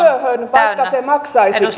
vaikka se maksaisikin